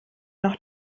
noch